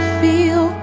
feel